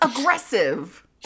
aggressive